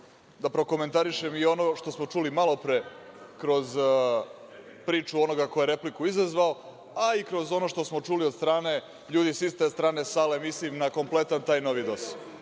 da prokomentarišem i ono što smo čuli malopre kroz priču onoga ko je repliku izazvao, a i kroz ono što smo čuli od strane ljudi sa iste strane sale, mislim na kompletan taj novi